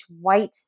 white